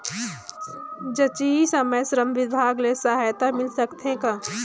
जचकी समय श्रम विभाग ले सहायता मिल सकथे का?